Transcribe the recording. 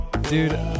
Dude